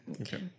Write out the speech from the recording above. Okay